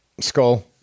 Skull